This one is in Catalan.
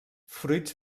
fruits